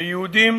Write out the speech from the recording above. שליהודים